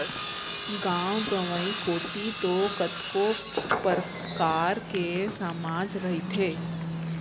गाँव गंवई कोती तो कतको परकार के समाज रहिथे